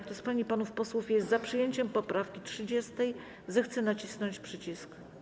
Kto z pań i panów posłów jest za przyjęciem poprawki 30., zechce nacisnąć przycisk.